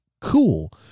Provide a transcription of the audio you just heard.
cool